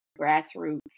grassroots